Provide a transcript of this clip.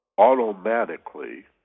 automatically